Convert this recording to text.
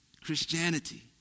Christianity